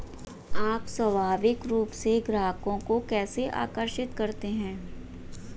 आप स्वाभाविक रूप से ग्राहकों को कैसे आकर्षित करते हैं?